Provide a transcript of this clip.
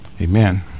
Amen